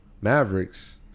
mavericks